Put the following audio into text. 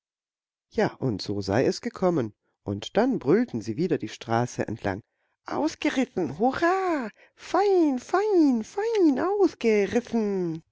ja und so sei es gekommen und dann brüllten sie wieder die straße entlang ausgerissen hurra fein fein fein